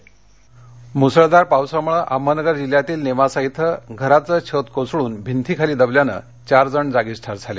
अपघात अहमदनगर मूसळधार पावसामुळे अहमदनगर जिल्ह्यातील नेवासा शिं घराचे छत कोसळून भिंतीखाली दबल्याने चार जण जागीच ठार झाले